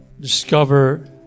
discover